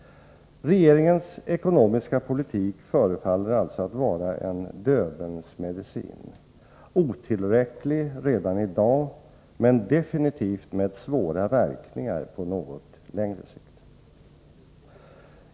Regeringens ekonomiska politik förefaller alltså att vara en Döbelnsmedicin: otillräcklig redan i dag, men definitivt med svåra verkningar på något längre sikt.